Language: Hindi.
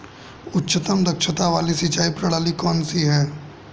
उच्चतम दक्षता वाली सिंचाई प्रणाली कौन सी है?